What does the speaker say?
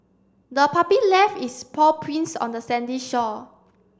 the puppy left its paw prints on the sandy shore